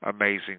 amazing